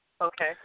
Okay